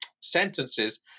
sentences